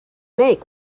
make